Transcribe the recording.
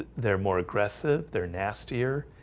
they're more aggressive they're nastier.